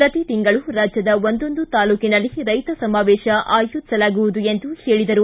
ಪ್ರತಿ ತಿಂಗಳು ರಾಜ್ಯದ ಒಂದೊಂದು ತಾಲೂಕಿನಲ್ಲಿ ರೈತ ಸಮಾವೇಶ ಆಯೋಜಿಸಲಾಗುವುದು ಎಂದರು